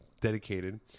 dedicated